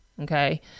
okay